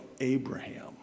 Abraham